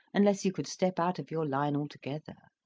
unless you could step out of your line altogether.